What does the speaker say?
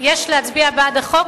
שיש להצביע בעד החוק,